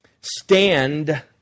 Stand